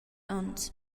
onns